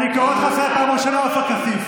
אני קורא אותך לסדר פעם הראשונה, עופר כסיף.